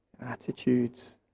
attitudes